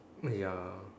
uh ya